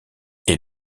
est